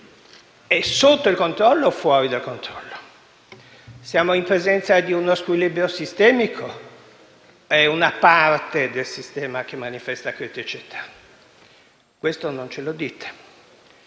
È sotto il controllo o fuori dal controllo? Siamo in presenza di uno squilibrio sistemico o è una parte del sistema che manifesta criticità? Questo non ce lo dite.